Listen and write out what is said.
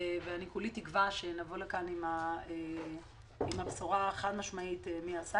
וכולי תקווה שנבוא לכאן עם הבשורה החד-משמעית מי עשה